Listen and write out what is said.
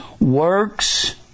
works